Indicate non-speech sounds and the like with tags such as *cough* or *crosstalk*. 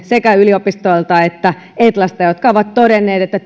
sekä yliopistoilta että etlasta taloustieteilijöitä jotka ovat todenneet että *unintelligible*